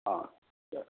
ஆ சேரி